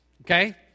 okay